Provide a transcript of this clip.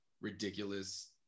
ridiculous